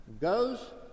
goes